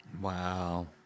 Wow